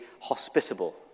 hospitable